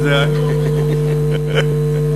דור דור ודורשיו.